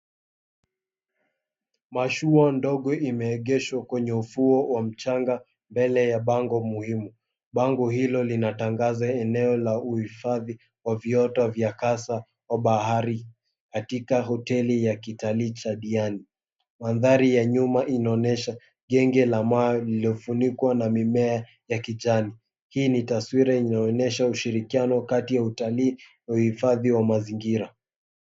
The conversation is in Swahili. Mashua ndogo imeegeshwa kwenye ufuo wa mchanga mbele ya bango muhimu. Bango hilo linatangaze eneo la uhifadhi wa viota vya kasa kwa bahari katika hoteli ya kitalii cha Diani. Mandhari ya nyuma inaonyesha genge la mawe lililofunikwa na mimea ya kijani. Hii ni taswira inayoonyesha ushirikiano kati ya utalii na uhifadhi wa mazingira.